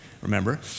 remember